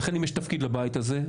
ולכן אם יש תפקיד לבית הזה.